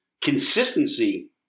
consistency